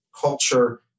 culture